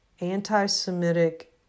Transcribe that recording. anti-Semitic